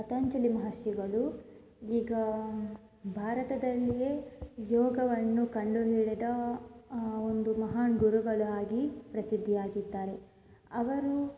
ಪತಂಜಲಿ ಮಹರ್ಷಿಗಳು ಈಗ ಭಾರತದಲ್ಲಿಯೇ ಯೋಗವನ್ನು ಕಂಡುಹಿಡಿದ ಒಂದು ಮಹಾನ್ ಗುರುಗಳಾಗಿ ಪ್ರಸಿದ್ಧಿಯಾಗಿದ್ದಾರೆ ಅವರು